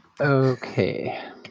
Okay